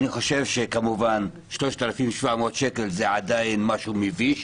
אני חושב כמובן ש-3,700 שקל זה עדיין משהו מביש.